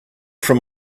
from